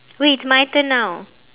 wait it's my turn now